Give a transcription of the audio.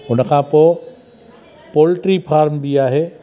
हुन खां पोइ पोल्ट्री फार्म बि आहे